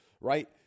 Right